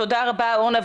תודה רבה, אורנה.